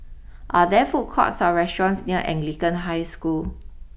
are there food courts or restaurants near Anglican High School